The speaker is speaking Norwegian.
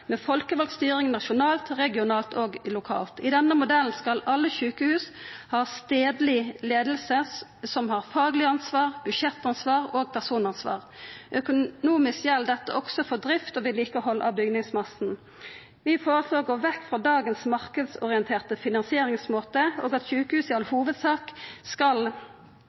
med folkevald styring nasjonalt, regionalt og lokalt. I denne modellen skal alle sjukehus ha stadleg leiing som har fagleg ansvar, budsjettansvar og personansvar, og økonomisk gjeld dette også for drift og vedlikehald av bygningsmassen. Vi føreslår å gå vekk frå dagens marknadsorienterte finansieringmåte, og at sjukehus i all hovudsak skal